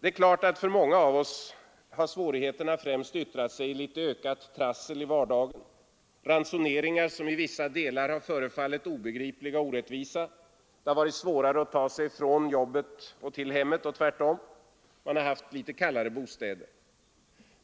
Det är klart att för många av oss har svårigheterna främst yttrat sig i litet ökat trassel i vardagen: ransoneringar som i vissa delar förefallit obegripliga och orättvisa, svårare att ta sig ifrån jobbet till hemmet och tvärtom, litet kallare bostäder osv.